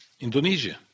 Indonesia